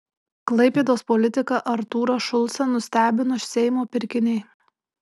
klaipėdos politiką artūrą šulcą nustebino seimo pirkiniai